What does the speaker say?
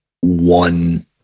one